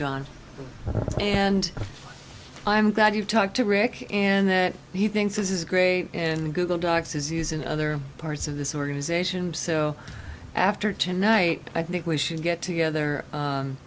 john and i'm glad you talked to rick and that he thinks this is great and google docs disease in other parts of this organization so after tonight i think we should get together